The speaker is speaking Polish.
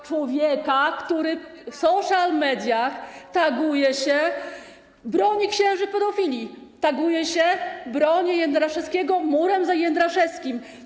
Człowieka, który w social mediach taguje się, broni księży pedofili, taguje się: bronię Jędraszewskiego, murem za Jędraszewskim.